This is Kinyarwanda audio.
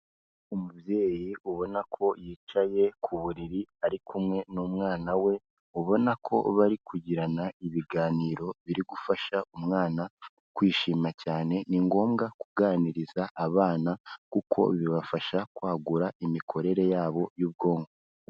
Umubyeyi ubona ko yicaye ku buriri ari kumwe n'umwana we, ubona ko bari kugirana ibiganiro biri gufasha umwana kwishima cyane, ni ngombwa kuganiriza abana kuko bibafasha kwagura imikorere yabo y'ubwonko.